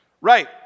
Right